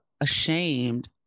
ashamed